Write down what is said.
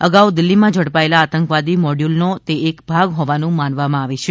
અગાઉ દિલ્હીમાં ઝડપાયેલા આતંકવાદી મોડ્યુલનો તે એક ભાગ હોવાનું માનવામાં આવે છે